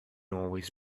always